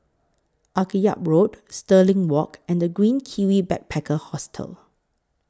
Akyab Road Stirling Walk and The Green Kiwi Backpacker Hostel